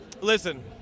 Listen